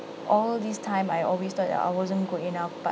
all this time I always thought that I wasn't good enough but